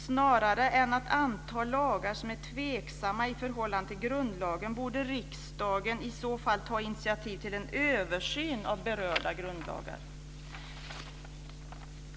Snarare än att anta lagar som är tveksamma i förhållande till grundlagen borde riksdagen i så fall ta initiativ till en översyn av berörda grundlagar.